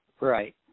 Right